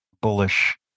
bullish